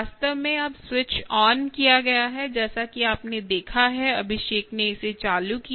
वास्तव में अब स्विच ऑन किया गया है जैसा कि आपने देखा है अभिषेक ने इसे चालू किया